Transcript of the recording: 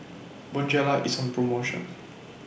Bonjela IS on promotion